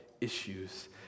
issues